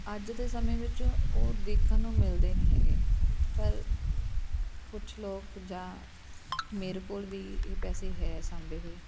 ਅੱਜ ਦੇ ਸਮੇਂ ਵਿੱਚ ਉਹ ਦੇਖਣ ਨੂੰ ਮਿਲਦੇ ਨਹੀਂ ਹੈਗੇ ਪਰ ਕੁਛ ਲੋਕ ਜਾਂ ਮੇਰੇ ਕੋਲ ਵੀ ਇਹ ਪੈਸੇ ਹੈ ਸਾਂਭੇ ਹੋਏ